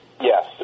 Yes